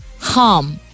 harm